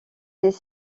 des